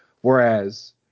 whereas